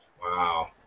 Wow